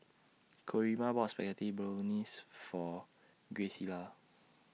Coraima bought Spaghetti Bolognese For Graciela